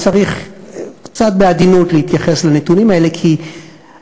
צריך להתייחס לנתונים האלה קצת בעדינות,